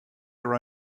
your